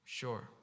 Sure